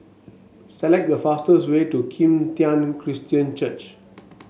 select the fastest way to Kim Tian Christian Church